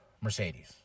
Mercedes